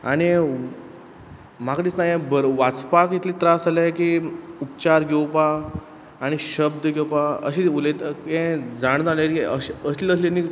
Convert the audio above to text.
आनी म्हाक दिसता यें बर वाचपाक इतले त्रास जाले की उपचार घेवपाक आनी शब्द घेवपा अशें उलयता यें जाण जान एरये अश अशले अशले आनी